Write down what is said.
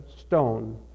stone